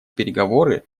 переговоры